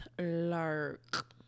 Lark